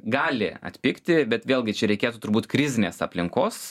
gali atpigti bet vėlgi čia reikėtų turbūt krizinės aplinkos